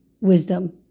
Wisdom